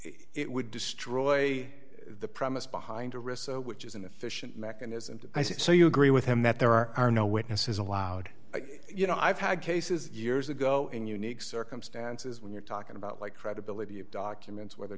it would destroy the premise behind a recess which is inefficient mechanism to so you agree with him that there are no witnesses allowed you know i've had cases years ago in unique circumstances when you're talking about like credibility of documents whether